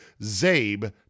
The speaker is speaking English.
ZABE